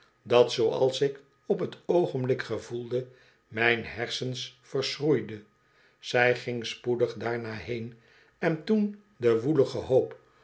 dat zooals ik op t oogenblik gevoelde myn hersens verschroeide zij ging spoedig daarna heen en toen de woelige hoop